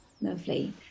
lovely